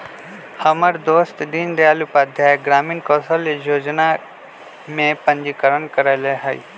हमर दोस दीनदयाल उपाध्याय ग्रामीण कौशल जोजना में पंजीकरण करएले हइ